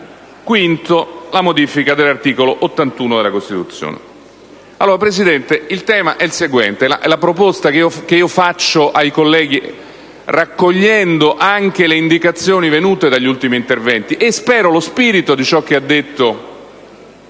Infine, la modifica dell'articolo 81 della Costituzione.